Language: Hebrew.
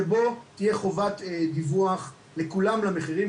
שבו תהיה חובת דיווח לכולם ולמחירים.